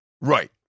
Right